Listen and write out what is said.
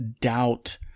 doubt